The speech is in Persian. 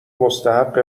مستحق